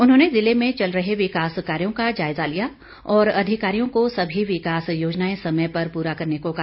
उन्होंने ने जिले में चल रहे विकास कार्यो का जायजा लिया और अधिकारियों को सभी विकास योजनाएं समय पर पूरा करने को कहा